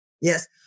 Yes